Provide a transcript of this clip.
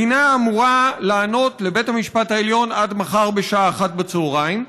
המדינה אמורה לענות לבית המשפט העליון עד מחר בשעה 13:00 בצוהריים.